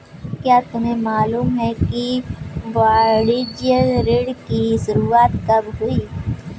क्या तुम्हें मालूम है कि वाणिज्य ऋण की शुरुआत कब हुई?